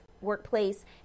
workplace